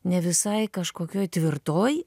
ne visai kažkokioj tvirtoj